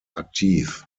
aktiv